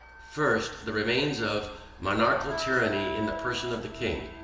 first. the remains of monarchical tyranny in the person of the king.